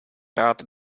rád